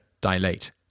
dilate